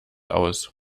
aus